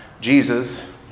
Jesus